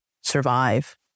survive